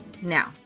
Now